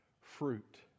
fruit